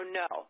no